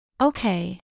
Okay